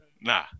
nah